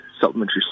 supplementary